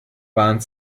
bahnt